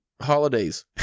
Holidays